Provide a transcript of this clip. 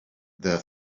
their